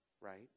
right